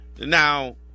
Now